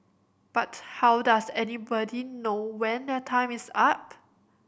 but how does anybody know when their time is up